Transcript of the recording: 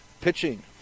Pitching